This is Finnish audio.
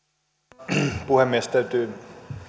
arvoisa puhemies täytyy